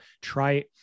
try